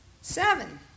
Seven